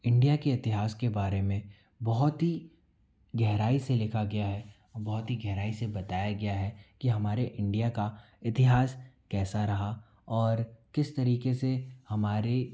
India के इतिहास के बारे में बहुत ही गहराई से लिखा गया है बहुत ही गइराई से बताया गया है कि हमारे इंडिया का इतिहास कैसा रहा और किस तरीके से हमारे